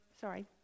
Sorry